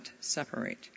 separate